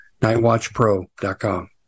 Nightwatchpro.com